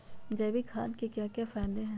जैविक खाद के क्या क्या फायदे हैं?